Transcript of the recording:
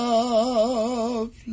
Love